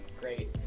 great